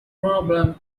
problem